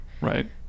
Right